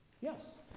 Yes